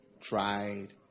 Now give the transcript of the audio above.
tried